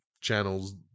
channels